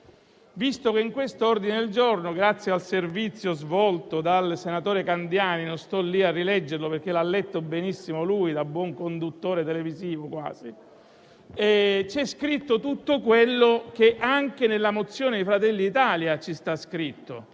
Infatti, in quest'ordine del giorno (che, grazie al servizio svolto dal senatore Candiani, non starò a rileggere, perché l'ha letto benissimo lui, da buon conduttore televisivo o quasi), c'è scritto tutto quello che è scritto anche nella mozione di Fratelli d'Italia., Vorrei